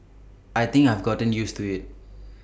I think I have gotten used to IT